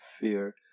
fear